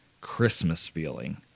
Christmas-feeling